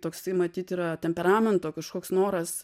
toksai matyt yra temperamento kažkoks noras